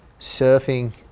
surfing